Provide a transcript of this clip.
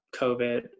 COVID